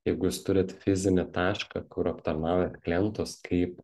jeigu jūs turit fizinį tašką kur aptarnaujat klientus kaip